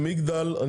במגדל,